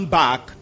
back